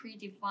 predefined